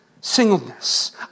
singleness